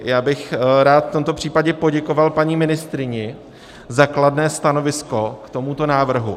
Já bych rád v tomto případě poděkoval paní ministryni za kladné stanovisko k tomuto návrhu.